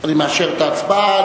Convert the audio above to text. אני מאשר את ההצבעה.